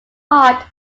heart